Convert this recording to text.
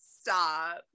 stop